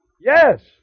yes